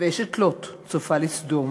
ואשת לוט צופה לסדום,